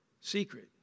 secret